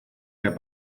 der